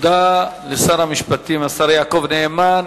תודה לשר המשפטים, השר יעקב נאמן.